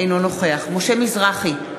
אינו נוכח משה מזרחי,